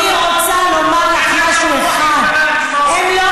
אני רוצה לומר לך משהו, חברת